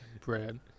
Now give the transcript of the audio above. Bread